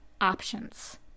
options